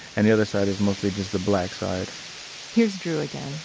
and the other side is mostly just the black side here's drew again.